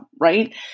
right